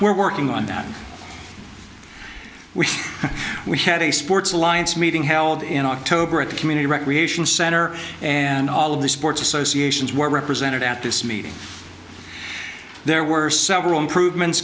we're working on that which we had a sports alliance meeting held in october at a community recreation center and all of the sports associations were represented at this meeting there were several improvements